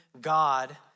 God